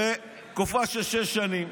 לתקופה של שש שנים.